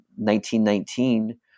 1919